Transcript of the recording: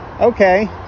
okay